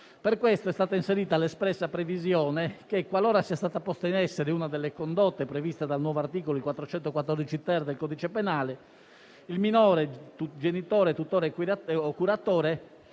tal fine è stata inserita l'espressa previsione che, qualora sia stata posta in essere una delle condotte previste dal nuovo articolo 414-*ter* del codice penale, il genitore, il tutore o il curatore